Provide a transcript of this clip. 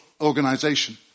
organization